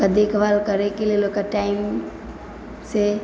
तऽ देखभाल करयके लेल ओकरा टाइमसँ